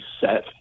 set